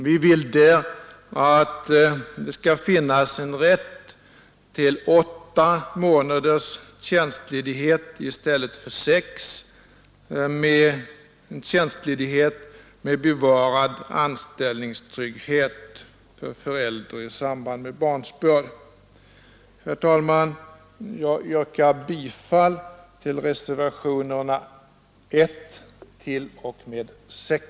Vi vill där att detskall finnas en rätt till åtta månaders tjänstledighet i stället för sex, en tjänstledighet med bevarad anställningstrygghet för föräldrar i samband med barnsbörd. Herr talman! Jag yrkar bifall till reservationerna 1 t.o.m. 6.